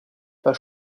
pas